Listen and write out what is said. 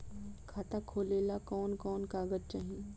खाता खोलेला कवन कवन कागज चाहीं?